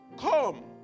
Come